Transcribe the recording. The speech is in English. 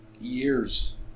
years